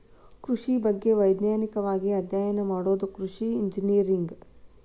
ಕೃಷಿ ಬಗ್ಗೆ ವೈಜ್ಞಾನಿಕವಾಗಿ ಅಧ್ಯಯನ ಮಾಡುದ ಕೃಷಿ ಇಂಜಿನಿಯರಿಂಗ್